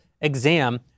exam